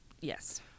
yes